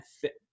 fit